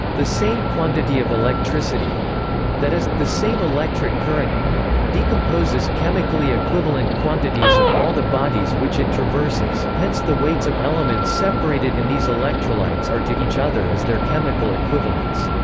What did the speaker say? the same quantity of electricity that is, the same electric current decomposes chemically equivalent quantities of all the bodies which it traverses hence the weights of elements separated in these electrolytes are to each other as their chemical equivalents.